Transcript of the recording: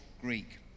Greek